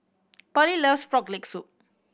Pearlie loves Frog Leg Soup